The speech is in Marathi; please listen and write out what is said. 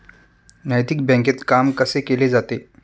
नैतिक बँकेत काम कसे केले जाते?